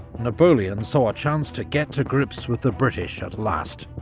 napoleon saw chance to get to grips with the british at last.